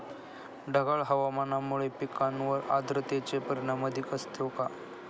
ढगाळ हवामानामुळे पिकांवर आर्द्रतेचे परिणाम अधिक असतो का?